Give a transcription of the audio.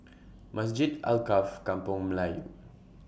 Masjid Alkaff Kampung Melayu